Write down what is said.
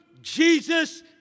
Jesus